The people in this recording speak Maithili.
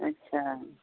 अच्छा